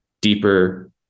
deeper